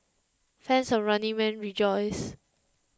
fans of Running Man rejoice